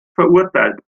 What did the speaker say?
verurteilt